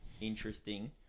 interesting